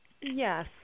Yes